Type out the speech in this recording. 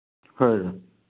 ꯍꯣꯏ ꯑꯣꯖꯥ